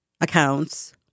accounts